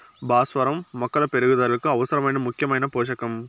భాస్వరం మొక్కల పెరుగుదలకు అవసరమైన ముఖ్యమైన పోషకం